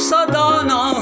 Sadana